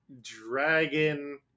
dragon